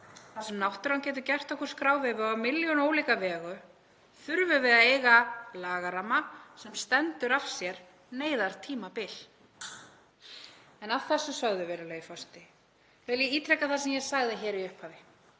þar sem náttúran getur gert okkur skráveifu á milljón ólíka vegu, þurfum við að eiga lagaramma sem stendur af sér neyðartímabil. Að þessu sögðu, virðulegi forseti, vil ég ítreka það sem ég sagði hér í upphafi;